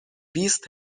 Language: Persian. بیست